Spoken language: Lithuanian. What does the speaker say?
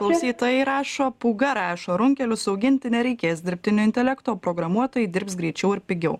klausytojai rašo pūga rašo runkelius auginti nereikės o dirbtinio intelekto programuotojai dirbs greičiau ir pigiau